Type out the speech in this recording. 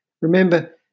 Remember